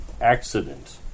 accident